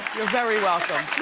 you're very welcome.